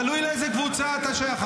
תלוי לאיזו קבוצה אתה שייך.